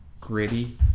gritty